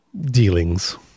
dealings